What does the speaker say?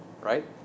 right